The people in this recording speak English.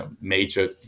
major